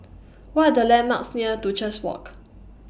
What Are The landmarks near Duchess Walk